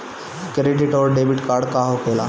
Credit आउरी debit card का होखेला?